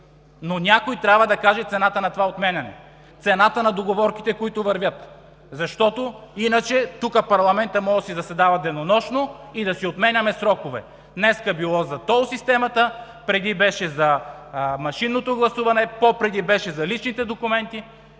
обаче трябва да каже цената на това отменяне, цената на договорките, които вървят! Иначе парламентът тук може да си заседава денонощно и да си отменяме срокове – днес било за тол системата, преди беше за машинното гласуване, по-преди беше за личните документи.